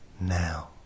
now